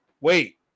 Wait